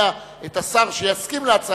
מקום, שאנחנו יודעים שבסופו של דבר לא יהיה בהסדר,